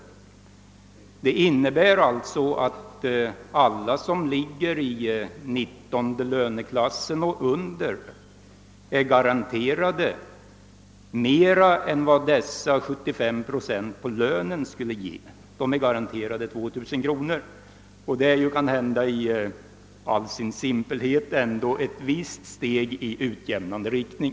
Detta innebär alltså att alla som ligger i löneklass 19 och därunder är garanterade mer än vad 75 procent av lönen skulle ge; de är garanterade 2 000 kronor. Det är kanhända i all sin simpelhet ändå ett visst steg i utjämnande riktning.